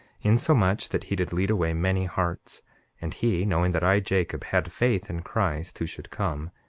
insomuch that he did lead away many hearts and he knowing that i, jacob, had faith in christ who should come,